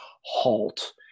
halt